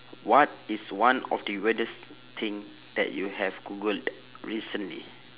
what is one of the weirdest thing that you have googled recently